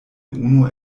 unu